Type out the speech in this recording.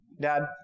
Dad